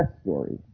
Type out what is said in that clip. story